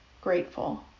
grateful